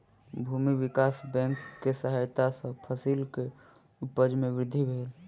भूमि विकास बैंक के सहायता सॅ फसिल के उपज में वृद्धि भेल